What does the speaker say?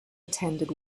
attended